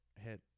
hit